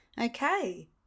Okay